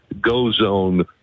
go-zone